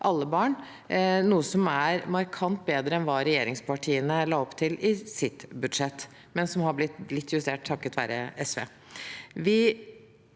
noe som er markant bedre enn det regjeringspartiene la opp til i sitt budsjett, men som er blitt litt justert takket være SV.